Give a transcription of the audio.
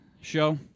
show